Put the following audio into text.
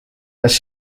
kas